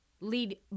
Lead